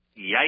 Yikes